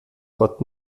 gott